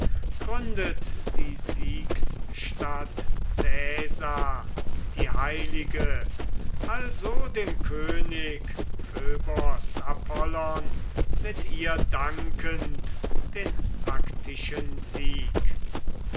gründet die siegsstadt caesar die heilige also dem könig phoebos apollon mit ihr dankend den aktischen sieg